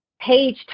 page